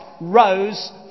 rose